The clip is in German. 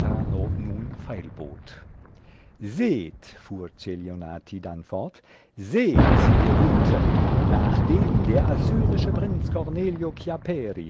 seht fuhr celionati dann fort seht ihr guten nachdem der assyrische prinz